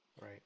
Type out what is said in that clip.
Right